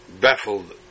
baffled